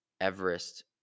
Everest